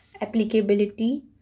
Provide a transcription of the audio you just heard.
applicability